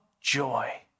joy